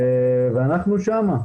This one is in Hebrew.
ואנחנו שם.